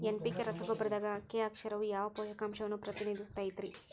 NPK ರಸಗೊಬ್ಬರದಾಗ K ಅಕ್ಷರವು ಯಾವ ಪೋಷಕಾಂಶವನ್ನ ಪ್ರತಿನಿಧಿಸುತೈತ್ರಿ?